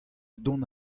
dont